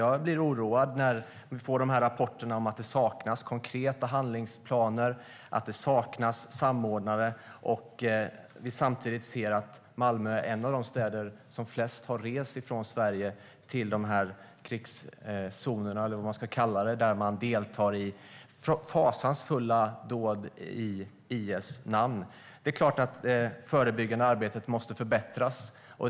Jag blir orolig när vi får rapporter om att det saknas konkreta handlingsplaner och samordnare, samtidigt som vi vet att Malmö är en av de städer där flest har rest från Sverige till dessa krigszoner, där de deltar i fasansfulla dåd i IS' namn. Det är klart att det förebyggande arbetet måste förbättras.